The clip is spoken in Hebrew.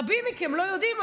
רבים מכם לא יודעים,